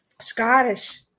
Scottish